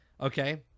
okay